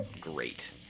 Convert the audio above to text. Great